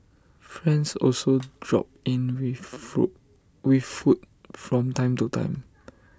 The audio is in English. friends also drop in with fruit with food from time to time